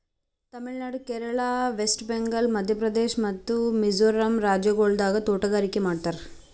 Tamil Nadu, Kerala, West Bengal, Madhya Pradesh ಮತ್ತ ಮಿಜೋರಂ ರಾಜ್ಯಗೊಳ್ದಾಗ್ ತೋಟಗಾರಿಕೆ ಮಾಡ್ತಾರ್